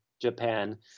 Japan